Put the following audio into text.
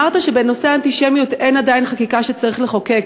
אמרת שבנושא האנטישמיות אין עדיין חקיקה שצריך לחוקק.